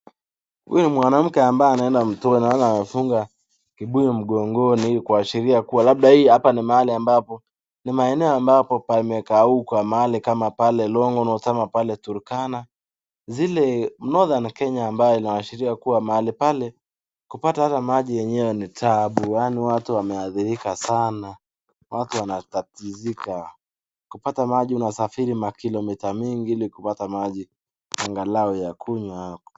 Huyu mwanamke ambaye anaenda mtoni amefunga kibuyu mgongoni kuashiria kuwa ni mahali ambapo pamekauka mahali kama pale Longonot, Turkana. Zile Northern Kenya mahali ambapo inaashiria kuwa mahali pale kupata ata maji yenyewe taabu maana watu wameadhirika sana na watu wanatatizika. Kupata maji unasafiri makilomita mingi ili kupata maji angalau ya kunywa.